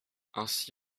ainsi